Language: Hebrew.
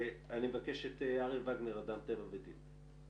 אני מבקש את אריה ונגר, אדם טבע ודין.